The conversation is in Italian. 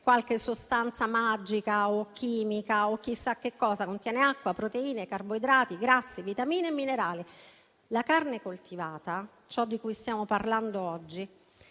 qualche sostanza magica o chimica o chissà che cosa, ma contiene acqua, proteine, carboidrati, grassi, vitamine e minerali. La carne coltivata, ciò di cui stiamo parlando oggi,